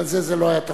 בגלל זה לא היה תפוס.